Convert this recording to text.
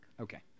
Okay